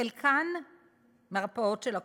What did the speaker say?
חלקן מרפאות של הקופות,